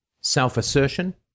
self-assertion